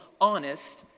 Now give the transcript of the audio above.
honest